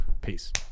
peace